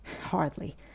Hardly